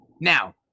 Now